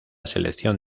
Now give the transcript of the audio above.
selección